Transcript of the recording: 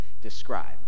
describe